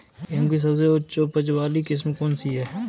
गेहूँ की सबसे उच्च उपज बाली किस्म कौनसी है?